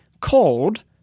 called